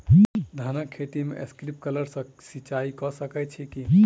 धानक खेत मे स्प्रिंकलर सँ सिंचाईं कऽ सकैत छी की?